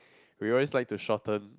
we always like to shorten